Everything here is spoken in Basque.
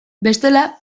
bestela